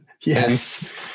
Yes